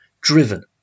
driven